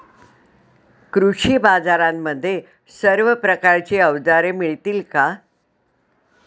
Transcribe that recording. कृषी बाजारांमध्ये सर्व प्रकारची अवजारे मिळतील का?